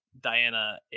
diana